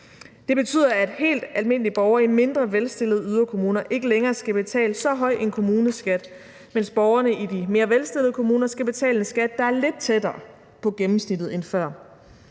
Det betyder, at helt almindelige borgere i mindre velstillede yderkommuner ikke længere skal betale en så høj kommuneskat, mens borgerne i de mere velstillede kommuner skal betale en skat, der er lidt tættere på gennemsnittet end før.